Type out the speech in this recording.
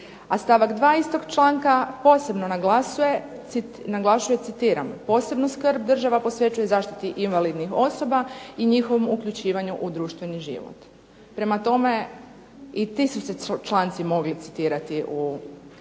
a stavak 2. istog članka posebno naglašuje citiram: "Posebnu skrb država posvećuje zaštiti invalidnih osoba i njihovom uključivanju u društveni život." Prema tome i ti su se članci mogli citirati u